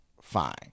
Fine